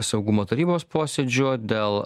saugumo tarybos posėdžiu dėl